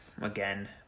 again